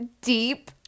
deep